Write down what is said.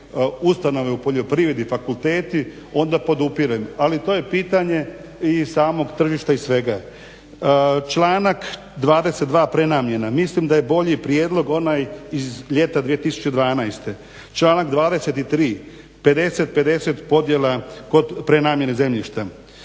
ustanove u poljoprivredi, fakulteti onda podupirem. Ali to je pitanje i samog tržišta i svega. Članak 22. prenamjena mislim da je bolji prijedlog onaj iz ljeta 2012. Članak 23. 50-50 podjela kod prenamjene zemljišta.